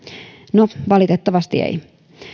no valitettavasti ei